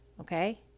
Okay